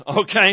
okay